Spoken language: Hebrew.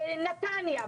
נתניה,